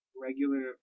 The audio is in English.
regular